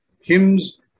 hymns